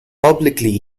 publicly